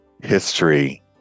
history